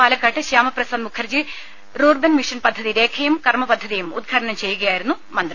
പാലക്കാട്ട് Syama Prasad Mukherjee rurban mission പദ്ധതി രേഖയും കർമ്മപദ്ധതിയും ഉദ്ഘാടനം ചെയ്യുകയായിരുന്നു മന്ത്രി